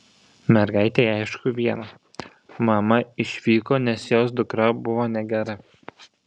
mergaitei aišku viena mama išvyko nes jos dukra buvo negera